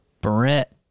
Brett